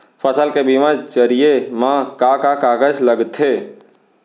फसल के बीमा जरिए मा का का कागज लगथे?